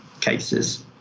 cases